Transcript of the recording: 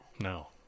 No